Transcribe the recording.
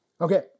Okay